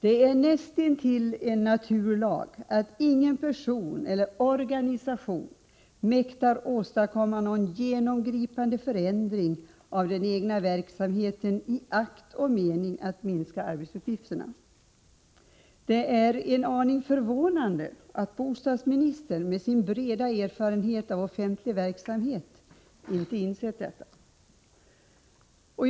Det är näst intill en naturlag att ingen person eller organisation mäktar åstadkomma någon genomgripande förändring av den egna verksamheten i akt och mening att minska arbetsuppgifterna. Det är en aning förvånande att bostadsministern, med sin breda erfarenhet av offentlig verksamhet, inte insett detta.